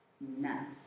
None